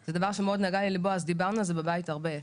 וזה דבר שמאוד נגע לליבו אז דיברנו על זה בבית הרבה,